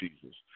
Jesus